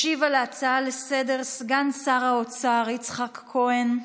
ישיב על ההצעה לסדר-היום סגן שר האוצר יצחק כהן.